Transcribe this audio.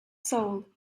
soul